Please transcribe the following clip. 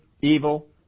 evil